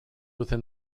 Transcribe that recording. within